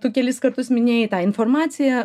tu kelis kartus minėjai tą informaciją